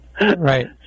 Right